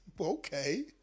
Okay